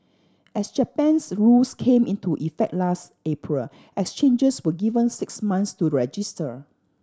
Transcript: as Japan's rules came into effect last April exchanges were given six months to register